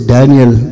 Daniel